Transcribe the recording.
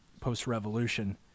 post-revolution